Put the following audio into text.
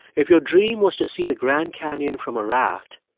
if your dream was to see the grand canyon from a raft,